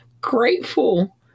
grateful